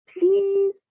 Please